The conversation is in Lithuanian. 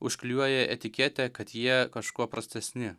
užklijuoja etiketę kad jie kažkuo prastesni